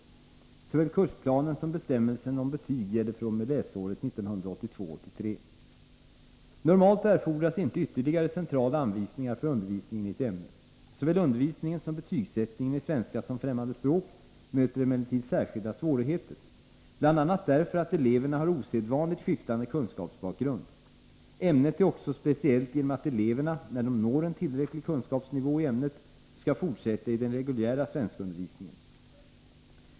Såväl kursplanen som bestämmelsen om betyg gäller fr.o.m. läsåret 1982/83. Normalt erfordras inte ytterligare centrala anvisningar för undervisningen i ett ämne. Såväl undervisningen som betygsättningen i svenska som främmande språk möter emellertid särskilda svårigheter, bl.a. därför att eleverna har osedvanligt skiftande kunskapsbakgrund. Ämnet är också speciellt genom att eleverna, när de når en tillräcklig kunskapsnivå i ämnet, skall fortsätta i den reguljära svenskundervisningen.